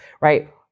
right